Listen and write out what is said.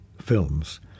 films